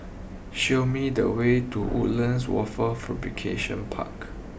show me the way to Woodlands Wafer Fabrication Park